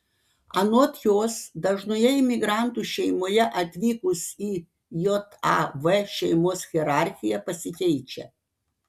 anot jos dažnoje imigrantų šeimoje atvykus į jav šeimos hierarchija pasikeičia